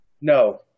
No